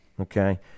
Okay